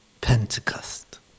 Pentecost